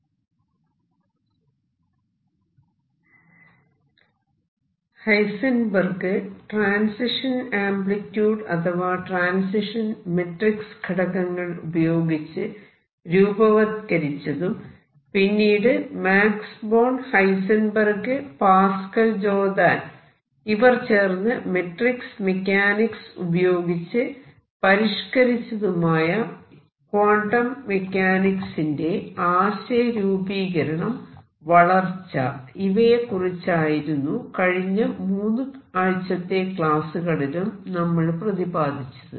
Heisenberg transition amplitude അഥവാ transition matrix ഘടകങ്ങൾ ഉപയോഗിച്ച് രൂപവത്കരിച്ചതും പിന്നീട് Max Born Heisenberg Pascual Jordan ഇവർ ചേർന്ന് മെട്രിക്സ് മെക്കാനിക്സ് ഉപയോഗിച്ച് പരിഷ്കരിച്ചതുമായ ക്വാണ്ടം മെക്കാനിക്സ് ന്റെ ആശയ രൂപീകരണം വളർച്ച ഇവയെകുറിച്ചായിരുന്നു കഴിഞ്ഞ 3 ആഴ്ചത്തെ ക്ലാസ്സുകളിലും നമ്മൾ പ്രതിപാദിച്ചത്